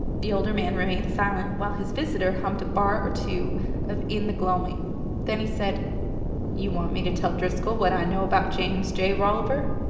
the older man remained silent while his visitor hummed a bar or two of in the gloaming then he said you want me to tell driscoll what i know about james j. rolliver?